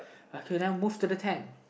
okay then move to the tent